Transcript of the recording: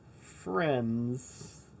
friend's